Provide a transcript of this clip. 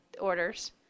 orders